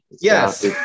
Yes